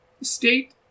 state